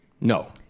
No